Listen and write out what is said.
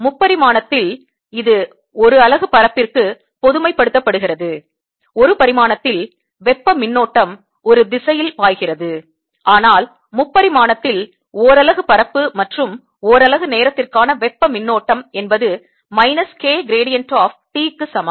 முப்பரிமாணத்தில் இது ஒரு அலகுப் பரப்பிற்கு பொதுமைப்படுத்தப்படுகிறது ஒரு பரிமாணத்தில் வெப்ப மின்னோட்டம் ஒரு திசையில் பாய்கிறது ஆனால் முப்பரிமாணத்தில் ஓரலகு பரப்பு மற்றும் ஓரலகு நேரத்திற்கான வெப்ப மின்னோட்டம் என்பது minus K gradient of T க்குச் சமம்